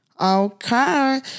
Okay